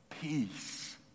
peace